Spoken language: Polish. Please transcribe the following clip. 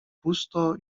pusto